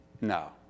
No